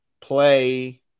play